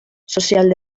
sozial